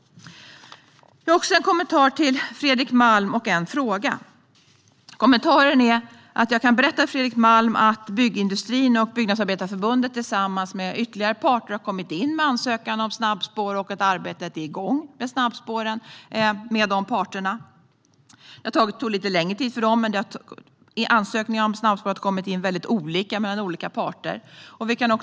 Jag har också en kommentar och en fråga till Fredrik Malm. Kommentaren är att jag kan berätta för Fredrik Malm att byggindustrin och Byggnadsarbetareförbundet, tillsammans med ytterligare parter, har kommit in med en ansökan om snabbspår. Arbetet med snabbspåren är igång, tillsammans med dessa parter. Ansökningarna från olika parter har kommit in vid olika tidpunkter, och det tog lite längre tid för dem.